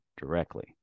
directly